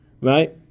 Right